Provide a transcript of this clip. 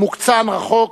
מוקצן, רחוק,